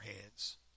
hands